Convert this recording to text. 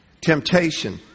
Temptation